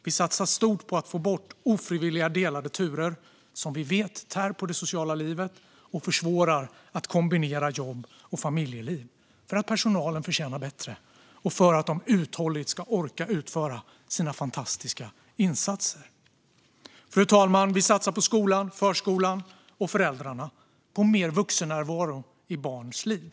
Vi satsar stort på att få bort ofrivilliga delade turer som vi vet tär på det sociala livet och försvårar att kombinera jobb och familjeliv - för att personalen förtjänar bättre och för att de uthålligt ska orka utföra sina fantastiska insatser. Fru talman! Vi satsar på skolan, förskolan och föräldrarna och på mer vuxennärvaro i barns liv.